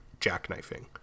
jackknifing